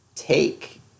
take